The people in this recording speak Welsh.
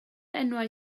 enwau